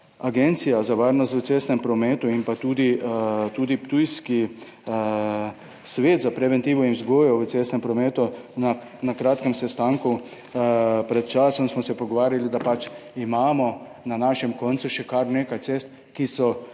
Agencija za varnost prometa in tudi ptujski Svet za preventivo in vzgojo v cestnem prometu. Na kratkem sestanku pred časom smo se pogovarjali, da imamo na našem koncu še kar nekaj cest, ki so nevarne,